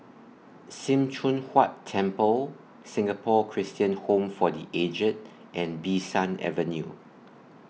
SIM Choon Huat Temple Singapore Christian Home For The Aged and Bee San Avenue